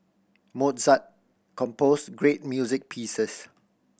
Mozart composed great music pieces